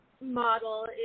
model